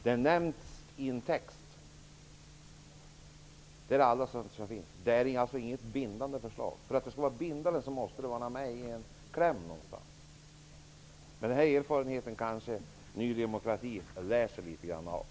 Det nämns bara i texten. Det är alltså inget bindande förslag. För att det skall vara bindande, måste det finnas med i en kläm någonstans. Av den erfarenheten kanske Ny demokrati lär sig någonting.